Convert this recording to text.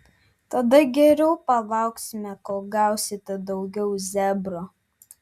tada geriau palauksime kol gausite daugiau zebro